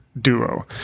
duo